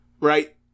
right